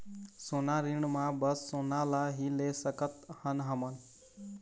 सोना ऋण मा बस सोना ला ही ले सकत हन हम?